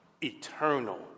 eternal